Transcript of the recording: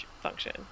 function